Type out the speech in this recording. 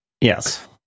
Yes